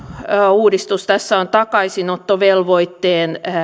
uudistus tässä on takaisinottovelvoitteen